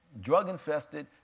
drug-infested